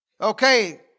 Okay